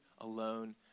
alone